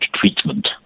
treatment